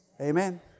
Amen